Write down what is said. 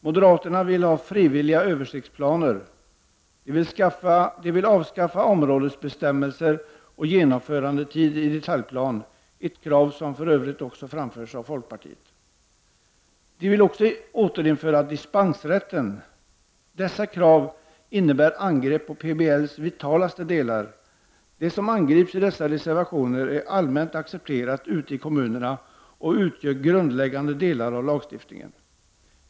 Moderaterna vill att det skall vara frivilligt att göra översiktsplaner. De vill avskaffa områdesbestämmelser och genomförandetid i detaljplan — ett krav som för övrigt också framförts av folkpartiet. Moderaterna vill också återinföra dispensrätten. Dessa krav innebär angrepp på PBL:s vitalaste delar. Det som angrips i dessa reservationer är allmänt accepterat ute i kommunerna och utgör grundläggande delar av lagstiftningen.